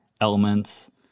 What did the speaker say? elements